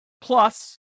Plus